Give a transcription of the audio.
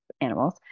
animals